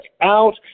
out